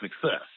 success